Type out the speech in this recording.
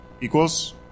equals